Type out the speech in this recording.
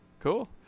Cool